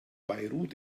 beirut